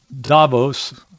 Davos